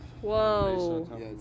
Whoa